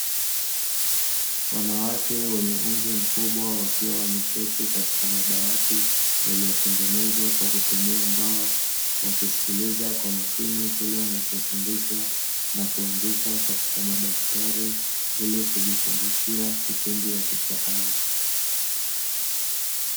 Wanawake wenye umri mkubwa wakiwa wameketi katika madawati yaliyotengenezwa kwa kutumia mbao, wakisikiliza kwa makini kile wanachofundishwa na kuandika katika madaftari ili kujikumbushia kipindi watashau.